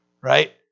right